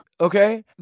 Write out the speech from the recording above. Okay